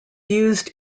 used